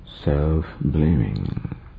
self-blaming